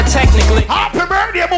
technically